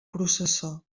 processó